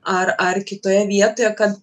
ar ar kitoje vietoje kad